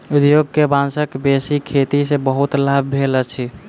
उद्योग के बांसक बेसी खेती सॅ बहुत लाभ भेल अछि